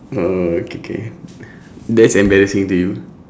oh K K that's embarrassing to you